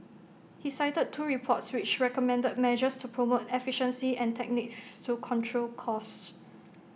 he cited two reports which recommended measures to promote efficiency and techniques to control costs